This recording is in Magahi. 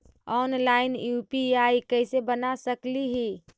ऑनलाइन यु.पी.आई कैसे बना सकली ही?